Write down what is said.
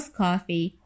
coffee